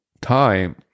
time